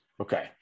Okay